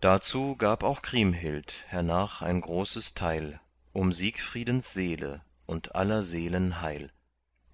dazu gab auch kriemhild hernach ein großes teil um siegfriedens seele und aller seelen heil